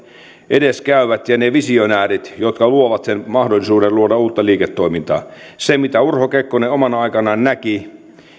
edelläkäyvät ja ne visionäärit jotka luovat sen mahdollisuuden luoda uutta liiketoimintaa se mitä urho kekkonen omana aikanaan näki